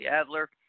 Adler